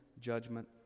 judgment